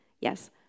yes